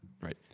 Right